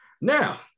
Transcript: Now